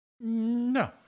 No